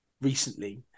recently